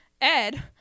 ed